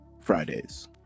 fridays